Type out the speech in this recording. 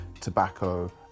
tobacco